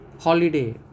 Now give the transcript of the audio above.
holiday